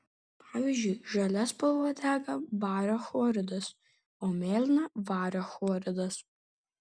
pavyzdžiui žalia spalva dega bario chloridas o mėlyna vario chloridas